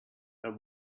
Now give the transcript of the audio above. the